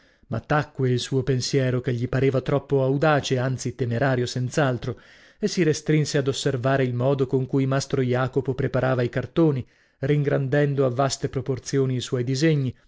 ma tacque il suo pensiero che gli pareva troppo audace anzi temerario senz'altro e si restrinse ad osservare il modo con cui mastro jacopo preparava i cartoni ringrandendo a vaste proporzioni i suoi disegni